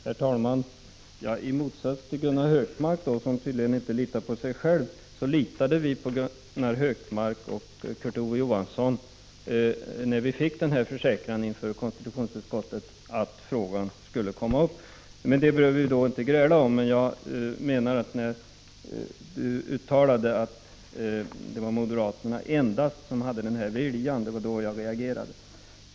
Herr talman! I motsats till Gunnar Hökmark, som tydligen inte litar på sig själv, litade vi i centerpartiet på Gunnar Hökmark och Kurt Ove Johansson när vi i konstitutionsutskottet fick en försäkran om att frågan skulle komma upp. Vi behöver inte gräla om det, men jag reagerade när Gunnar Hökmark uttalade att det var endast moderaterna som hade denna vilja.